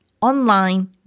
online